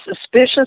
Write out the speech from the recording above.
suspicious